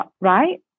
right